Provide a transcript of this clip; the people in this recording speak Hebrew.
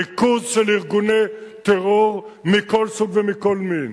ריכוז של ארגוני טרור מכל סוג ומכל מין,